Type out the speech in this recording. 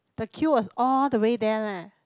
the queue was all the way there leh